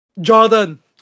Jordan